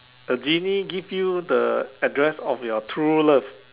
the genie give you the address of your true love